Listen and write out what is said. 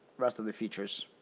rest of the features.